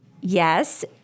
yes